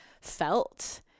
felt